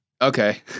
Okay